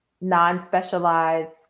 non-specialized